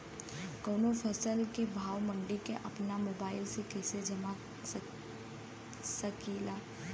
कवनो फसल के भाव मंडी के अपना मोबाइल से कइसे जान सकीला?